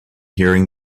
hearing